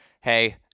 hey